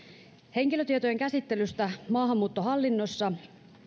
henkilötietojen käsittelystä maahanmuuttohallinnossa